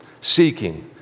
seeking